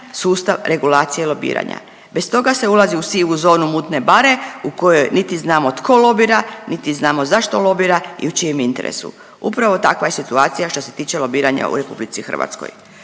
sustav regulacije lobiranja, bez toga se ulazi u sivu zonu mutne bare u kojoj niti znamo tko lobira, niti znamo zašto lobira i u čijem interesu. Upravo takva je situacija šta se tiče lobiranja u RH. Hrvatsko